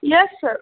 yes sir